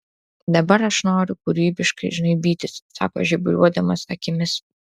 dabar aš noriu kūrybiškai žnaibytis sako žiburiuodamas akimis